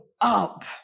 up